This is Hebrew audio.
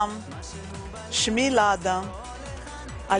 נדמה לי שיש 27 מקבצי דיור של עולי חבר העמים ואנחנו רוצים להקים